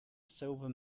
silver